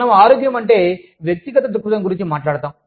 మనము ఆరోగ్యము అంటే వ్యక్తిగత దృక్పధం గురించి మాట్లాడతాం